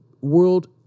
world